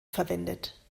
verwendet